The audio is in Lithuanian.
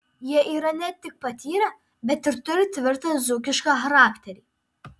jie yra ne tik patyrę bet ir turi tvirtą dzūkišką charakterį